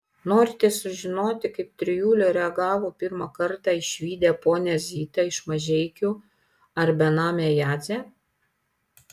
norite sužinoti kaip trijulė reagavo pirmą kartą išvydę ponią zitą iš mažeikių ar benamę jadzę